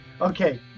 Okay